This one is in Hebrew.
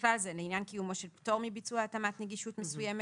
ובכלל זה לעניין קיומו של פטור מביצוע התאמת נגישות מסוימת